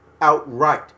outright